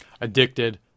addicted